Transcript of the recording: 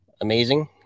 amazing